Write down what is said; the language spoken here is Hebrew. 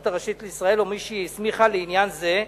הראשית לישראל או מי שהיא הסמיכה לעניין זה,